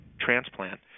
transplant